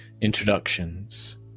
introductions